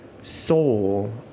Soul